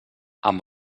amb